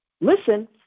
listen